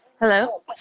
Hello